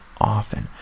often